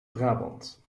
brabant